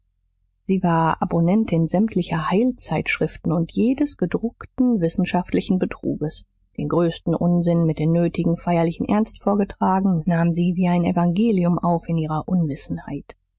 sie war abonnentin sämtlicher heil zeitschriften und jedes gedruckten wissenschaftlichen betruges den größten unsinn mit dem nötigen feierlichen ernst vorgetragen nahm sie wie ein evangelium auf in ihrer unwissenheit